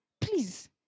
Please